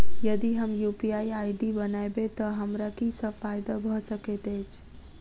यदि हम UPI ID बनाबै तऽ हमरा की सब फायदा भऽ सकैत अछि?